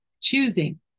choosing